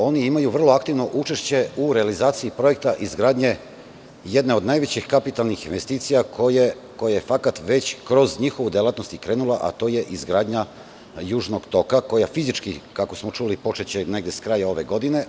Oni imaju vrlo aktivno učešće u realizaciji projekta izgradnje jedne od najvećih kapitalnih investicija koja je već kroz njihovu delatnost i krenula, a to je izgradnja Južnog toka, koja fizički, kako smo čuli počeće negde s kraja ove godine.